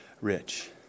Rich